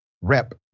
rep